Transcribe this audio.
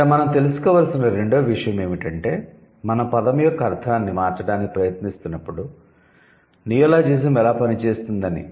ఇక్కడ మనం తెలుసుకోవలసిన రెండవ విషయం ఏమిటంటే మనం పదం యొక్క అర్థాన్ని మార్చడానికి ప్రయత్నిస్తున్నప్పుడు నియోలాజిజం ఎలా పనిచేస్తుంది అని